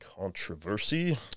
controversy